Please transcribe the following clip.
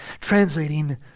translating